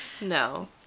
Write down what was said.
No